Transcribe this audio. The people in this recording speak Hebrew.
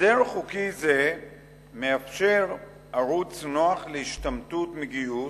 הסדר חוקי זה מאפשר ערוץ נוח להשתמטות מגיוס.